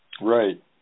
Right